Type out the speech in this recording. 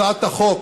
הצעת החוק